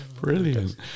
Brilliant